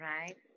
right